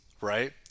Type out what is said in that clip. right